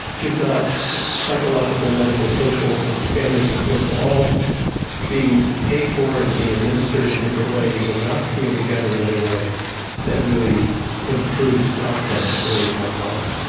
you've got psychological, medical, social and family supports all being paid for and being administered in different ways and not coming together in any way that really improves outcomes the way you might like.